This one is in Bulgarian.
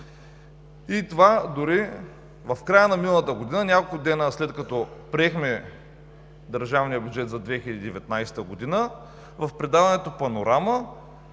И дори в края на миналата година, няколко дни след като приехме държавния бюджет за 2019 г., в предаването „Панорама“